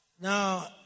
Now